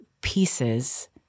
pieces